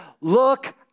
look